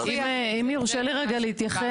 אם יורשה לי רגע להתייחס.